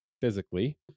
physically